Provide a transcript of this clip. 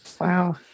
Wow